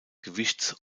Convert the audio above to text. gewichts